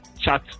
chat